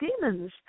demons